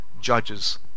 judges